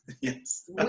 yes